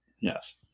yes